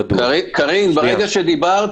--- קארין, ברגע שאת מדברת